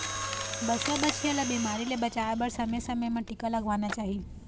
बछवा, बछिया ल बिमारी ले बचाए बर समे समे म टीका लगवाना चाही